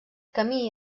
camí